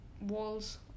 walls